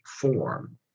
form